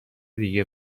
دیگه